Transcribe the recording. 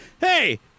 Hey